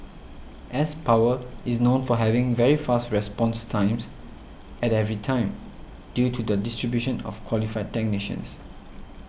s Power is known for having very fast response times at every time due to their distribution of qualified technicians